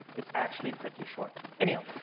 it's actually pretty short. anyway,